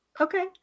Okay